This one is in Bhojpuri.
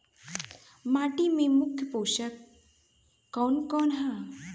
माटी में मुख्य पोषक कवन कवन ह?